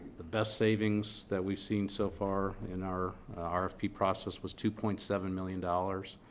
the best savings that we've seen so far in our our rfp process was two point seven million dollars.